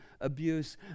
abuse